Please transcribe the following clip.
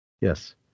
Yes